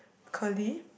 curly